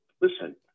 Listen